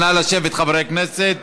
נא לשבת, חברי הכנסת.